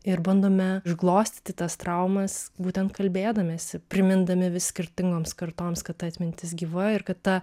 ir bandome užglostyti tas traumas būtent kalbėdamiesi primindami vis skirtingoms kartoms kad ta atmintis gyva ir kad ta